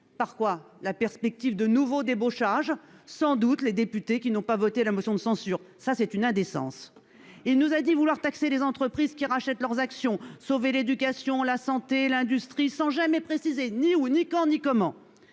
par la perspective de nouveaux débauchages, sans doute parmi les députés qui n'ont pas voté la motion de censure. C'est une indécence. Il nous a dit vouloir taxer les entreprises qui rachètent leurs actions, sauver l'éducation, la santé et l'industrie, sans jamais préciser ni où, ni quand, ni comment.